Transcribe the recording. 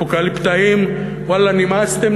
אפוקליפטאים, ואללה, נמאסתם,